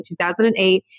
2008